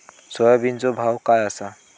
सोयाबीनचो भाव काय आसा?